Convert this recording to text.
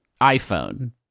iPhone